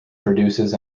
produces